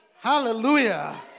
Hallelujah